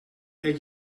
eet